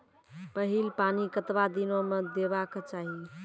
पहिल पानि कतबा दिनो म देबाक चाही?